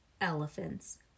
elephants